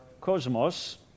cosmos